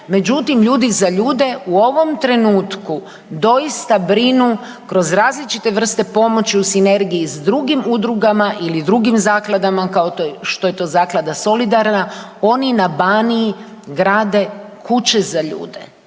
međutim, Ljudi za ljude u ovom trenutku doista brinu kroz različite vrste pomoći u sinergiji s drugim udrugama ili drugim zakladama, kao što je to zaklada Solidarna, oni na Baniji grade kuće za ljude.